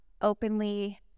openly